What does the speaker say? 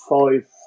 five